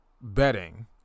betting